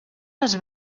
les